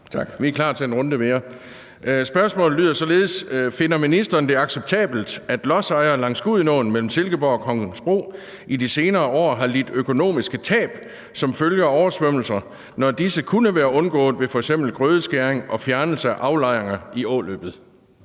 af: Kristian Pihl Lorentzen (V): Finder ministeren det acceptabelt, at lodsejere langs Gudenåen mellem Silkeborg og Kongensbro i de senere år har lidt økonomiske tab som følge af oversvømmelser, når disse kunne være undgået ved f.eks. grødeskæring og fjernelse af aflejringer i åløbet?